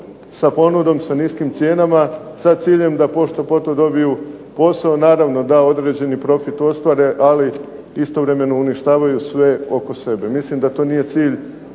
sa ponudom, da niskim cijenama sa ciljem da pošto poto dobiju posao. Naravno da određeni profit ostvare, ali istovremeno uništavaju sve oko sebe. Mislim da to nije cilj